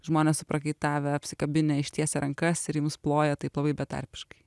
žmonės suprakaitavę apsikabinę ištiesę rankas ir jums ploja taip labai betarpiškai